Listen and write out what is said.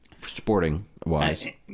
sporting-wise